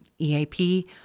EAP